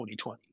2020